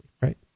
right